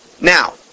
Now